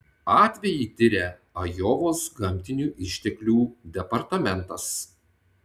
atvejį tiria ajovos gamtinių išteklių departamentas